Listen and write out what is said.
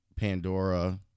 Pandora